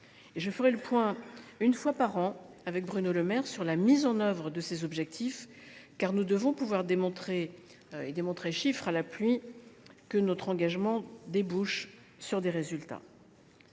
Je ferai le point une fois par an avec Bruno Le Maire sur la mise en œuvre de ces objectifs, car nous devons pouvoir démontrer, chiffres à l’appui, que notre engagement emporte des résultats.